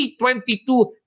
2022